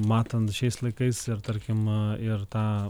matant šiais laikais ir tarkim ir tą